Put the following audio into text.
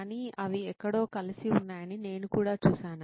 కానీ అవి ఎక్కడో కలిసి ఉన్నాయని నేను కూడా చూశాను